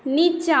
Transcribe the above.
नीचाँ